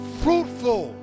fruitful